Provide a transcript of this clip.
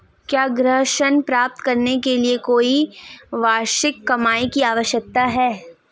क्या गृह ऋण प्राप्त करने के लिए कोई वार्षिक कमाई की आवश्यकता है?